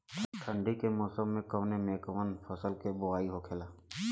ठंडी के मौसम कवने मेंकवन फसल के बोवाई होखेला?